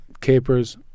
capers